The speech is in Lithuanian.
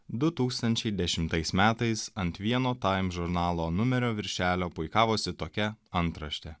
du tūkstančiai dešimtais metais ant vieno time žurnalo numerio viršelio puikavosi tokia antraštė